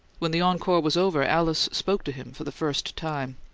when the encore was over, alice spoke to him for the first time.